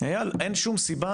אייל, אין שום סיבה